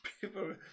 people